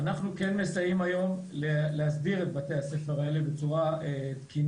אנחנו כן מסייעים היום להסדיר את בתי הספר האלה בצורה תקינה,